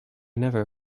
never